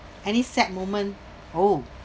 any sad moment oh